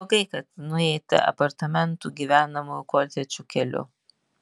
blogai kad nueita apartamentų gyvenamųjų kotedžų keliu